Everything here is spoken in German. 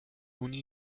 uni